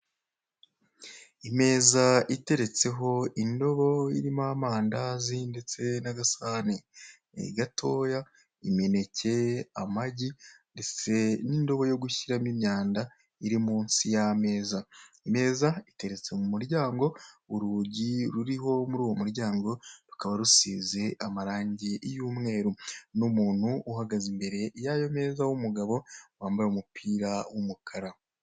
Imeza iteretseho indobo irimo amandazi ndetse n'agasahani gatoya, imineke, amagi ndetse n'indobo yo gushyiramo imyanda iri munsi y'ameza. Imeza iteretse mu muryango, urugi ruriho muri uwo muryango rukaba rusize amarangi y'umweru. N'umuntu uhagaze imbere y'ayo meza w'umugabo wambaye umupira w'umukara.